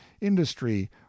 industry